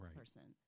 person